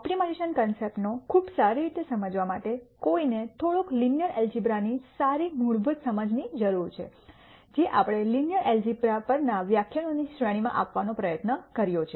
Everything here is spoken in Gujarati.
ઓપ્ટિમાઇઝેશન કોન્સેપ્ટનો ખૂબ સારી રીતે સમજવા માટે કોઈને થોડોક લિનિયર એલ્જીબ્રાની સારી મૂળભૂત સમજની જરૂર છે જે આપણે લિનિયર એલ્જીબ્રા પરના વ્યાખ્યાનોની શ્રેણીમાં આપવાનો પ્રયત્ન કર્યો છે